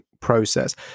process